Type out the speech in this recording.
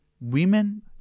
women